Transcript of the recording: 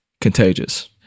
contagious